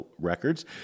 Records